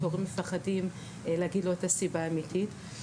כי ההורים מפחדים להגיד לו את הסיבה האמיתית.